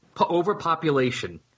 overpopulation